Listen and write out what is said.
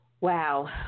Wow